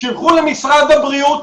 שיילכו למשרד הבריאות,